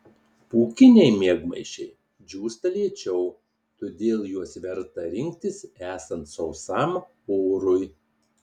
pūkiniai miegmaišiai džiūsta lėčiau todėl juos verta rinktis esant sausam orui